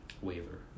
waiver